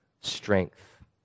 strength